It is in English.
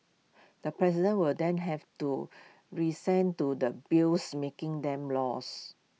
the president will then have to resent to the bills making them laws